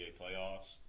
playoffs